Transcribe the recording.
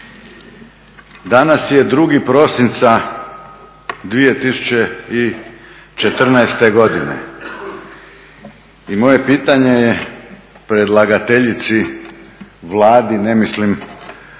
Danas je 2. prosinca 2014. godine i moje pitanje je predlagateljici, Vladi, ne mislim